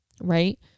right